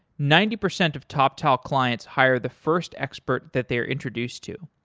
ninety percent of toptal clients hire the first expert that they're introduced to.